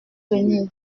venir